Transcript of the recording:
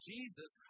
Jesus